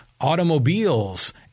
automobiles